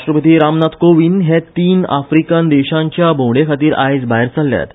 राष्ट्रपती रामनाथ कोविंद हे तीन आफ्रिकन देशांचे भोंवडे खातीर आज भायर सरल्यात